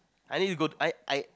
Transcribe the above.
I need to go I I